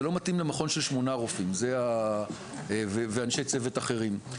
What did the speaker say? זה לא מתאים למכון של 8 רופאים ואנשי צוות אחרים.